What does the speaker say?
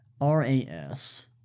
RAS